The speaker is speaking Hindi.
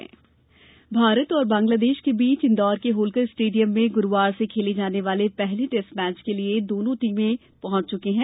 किकेट तैयारी भारत और बांग्लादेश के बीच इंदौर के होलकर स्टेडियम में गुरूवार से खेले जाने वाले पहले टेस्ट मैच के लिये दोनो टीमे पहंच चुकी हैं